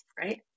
right